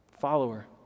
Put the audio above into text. Follower